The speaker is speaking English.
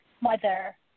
Mother